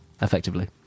effectively